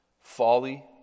folly